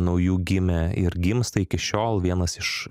naujų gimė ir gimsta iki šiol vienas iš